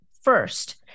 first